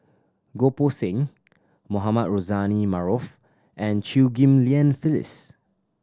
Goh Poh Seng Mohamed Rozani Maarof and Chew Ghim Lian Phyllis